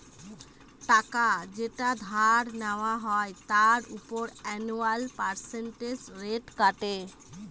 টাকা যেটা ধার নেওয়া হয় তার উপর অ্যানুয়াল পার্সেন্টেজ রেট কাটে